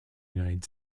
united